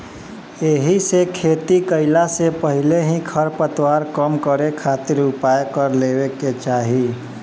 एहिसे खेती कईला से पहिले ही खरपतवार कम करे खातिर उपाय कर लेवे के चाही